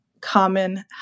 common